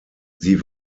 sie